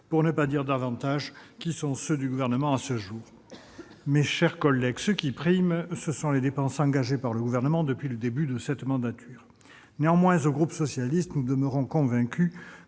pour ne pas dire plus, du Gouvernement à ce jour. Mes chers collègues, ce qui prime, ce sont les dépenses engagées par le Gouvernement depuis le début de cette mandature. Néanmoins, au groupe socialiste et républicain, nous demeurons convaincus